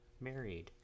married